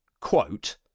quote